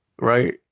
right